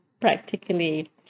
practically